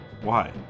Why